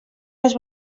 les